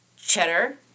Cheddar